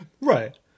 right